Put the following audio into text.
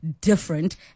different